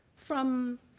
from